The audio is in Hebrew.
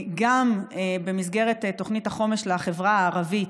גם במסגרת תוכנית החומש לחברה הערבית,